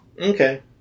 Okay